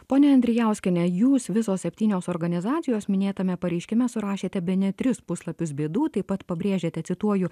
ponia andrijauskiene jūs visos septynios organizacijos minėtame pareiškime surašėte bene tris puslapius bėdų taip pat pabrėžėte cituoju